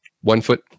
one-foot